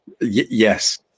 Yes